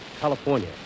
California